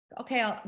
okay